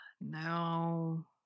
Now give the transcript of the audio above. No